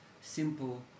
simple